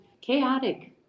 chaotic